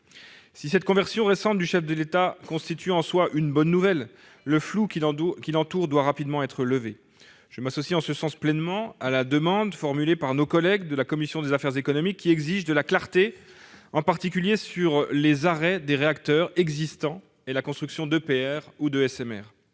Si cette conversion récente du chef de l'État constitue en soi une bonne nouvelle, le flou qui l'entoure doit rapidement être levé. Je m'associe pleinement à la demande formulée par nos collègues de la commission des affaires économiques, qui exigent de la clarté, en particulier sur les arrêts des réacteurs existants et sur la construction d'EPR ou de SMR.